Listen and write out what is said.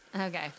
Okay